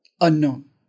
Unknown